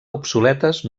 obsoletes